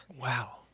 Wow